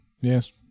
yes